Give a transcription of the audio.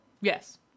Yes